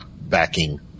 backing